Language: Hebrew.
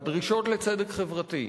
הדרישות לצדק חברתי,